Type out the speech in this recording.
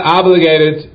obligated